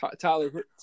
Tyler